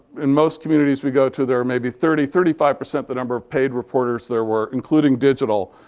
in most communities we go to, there are maybe thirty, thirty five percent the number of paid reporters there were, including digital,